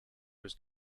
was